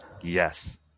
Yes